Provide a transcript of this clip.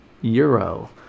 euro